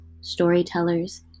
storytellers